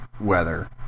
weather